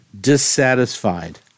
dissatisfied